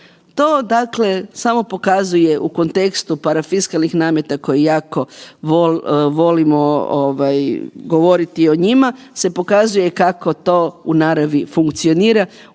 samo pokazuje u kontekstu parafiskalnih nameta koji jako volimo ovaj govoriti o njima, se pokazuje kako to u naravi funkcionira